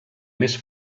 més